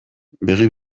begi